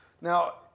Now